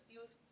use